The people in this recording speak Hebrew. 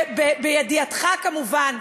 בידיעתך, כמובן.